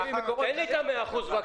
תן לי את ה-100 אחוזים.